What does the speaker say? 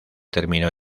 terminó